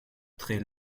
très